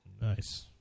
Nice